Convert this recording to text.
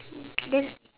then